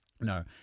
No